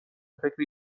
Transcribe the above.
فکر